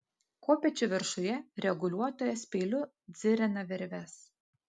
kopėčių viršuje reguliuotojas peiliu dzirina virves